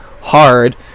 hard